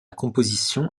composition